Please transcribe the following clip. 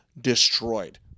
destroyed